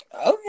Okay